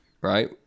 right